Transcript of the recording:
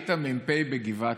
היית מ"פ בגבעתי.